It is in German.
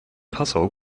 passau